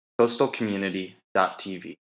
coastalcommunity.tv